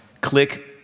click